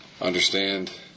understand